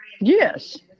Yes